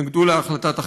שהתנגדו להחלטת החלוקה.